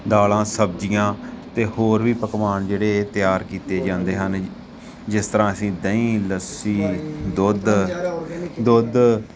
ਦਾਲਾਂ ਸਬਜ਼ੀਆਂ ਅਤੇ ਹੋਰ ਵੀ ਪਕਵਾਨ ਜਿਹੜੇ ਤਿਆਰ ਕੀਤੇ ਜਾਂਦੇ ਹਨ ਜਿਸ ਤਰ੍ਹਾਂ ਅਸੀਂ ਦਹੀਂ ਲੱਸੀ ਦੁੱਧ ਦੁੱਧ